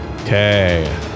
Okay